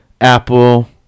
Apple